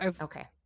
Okay